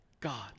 God